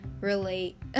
relate